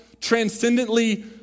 transcendently